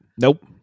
Nope